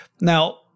Now